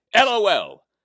LOL